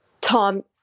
tom